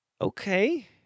okay